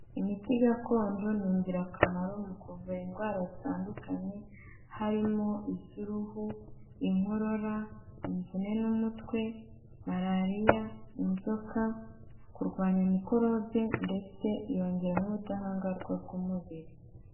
Imiti gakondo ni ingirakamaro mu kuvura indwara zitandukanye harimo iz'uruhu, inkorora, imvune n'umutwe, malariya, inzoka, kurwanya mikorobe ndetse yongera n'ubudahangarwa bw'umubiri.